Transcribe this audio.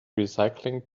recycling